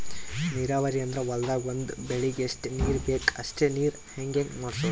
ನೀರಾವರಿ ಅಂದ್ರ ಹೊಲ್ದಾಗ್ ಒಂದ್ ಬೆಳಿಗ್ ಎಷ್ಟ್ ನೀರ್ ಬೇಕ್ ಅಷ್ಟೇ ನೀರ ಹೊಗಾಂಗ್ ಮಾಡ್ಸೋದು